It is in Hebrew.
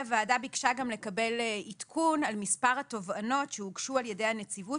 הוועדה ביקשה גם לקבל עדכון על מספר התובענות שהוגשו על ידי הנציבות